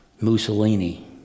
Mussolini